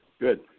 Good